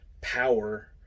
Power